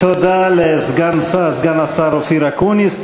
תודה לסגן השר אופיר אקוניס.